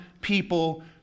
people